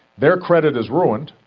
their credit is ruined,